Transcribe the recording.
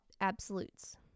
absolutes